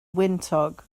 wyntog